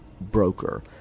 broker